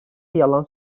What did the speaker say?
yalan